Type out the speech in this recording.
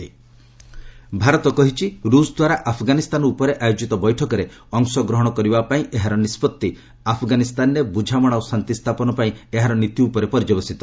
India ରୁଷ meeting Bharat କହିଛି ରୁଷ ଦ୍ୱାରା ଆଫ୍ଗାନିସ୍ତାନ ଉପରେ ଆୟୋକିତ ବୈଠକରେ ଅଂଶଗ୍ରହଣ କରିବା ପାଇଁ ଏହାର ନିଷ୍ପଭି ଆଫ୍ଗାନିସ୍ତାନରେ ବୁଝାମଣା ଓ ଶାନ୍ତି ସ୍ଥାପନ ପାଇଁ ଏହାର ନୀତି ଉପରେ ପର୍ଯ୍ୟବେଶିତ